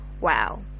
Wow